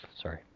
Sorry